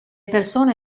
persone